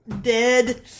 dead